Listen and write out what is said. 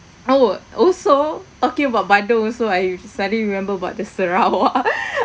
oh also talking about bandung also I suddenly remember about the sarawak